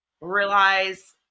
realize